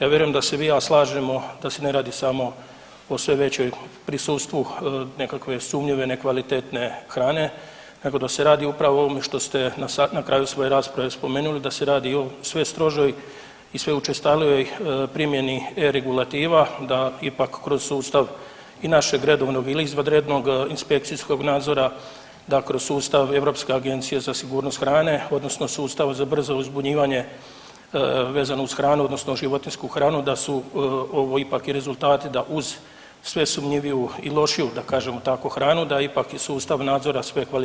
Ja vjerujem da se i vi i ja slažemo da se ne radi samo o sve većem prisustvu nekakve sumnjive, nekvalitetne hrane nego da se radi upravo o ovome što ste na kraju svoje rasprave spomenuli, da se radi i o sve strožoj i o sve učestalijoj primjeni regulativa da ipak i kroz sustav i našeg redovnog ili izvanrednog inspekcijskog nadzora, da kroz sustav Europske agencije za sigurnost hrane odnosno sustav za brzo uzbunjivanje vezano uz hranu odnosno životinju hranu da su ovo ipak i rezultati da uz sve sumnjiviju i lošiju da kažem tako hranu, da je ipak i sustav nadzora sve kvalitetniji i sve bolji.